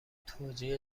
توجیه